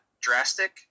drastic